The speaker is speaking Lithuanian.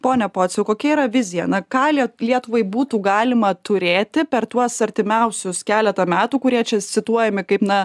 pone pociau kokia yra vizija na ką lie lietuvai būtų galima turėti per tuos artimiausius keletą metų kurie čia cituojami kaip na